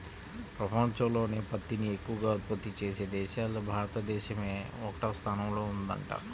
పెపంచంలోనే పత్తిని ఎక్కవగా ఉత్పత్తి చేసే దేశాల్లో భారతదేశమే ఒకటవ స్థానంలో ఉందంట